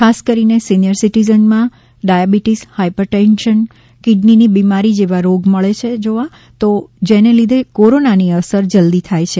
ખાસ કરીને સિનિયર સિટીઝનમાં ડાયાબિટીસ હાયપર ટેન્શન કિડનીની બીમારી જેવા રોગ જોવા મળે છે જેને લીધે કોરોનાની અસર જલ્દી થાય છે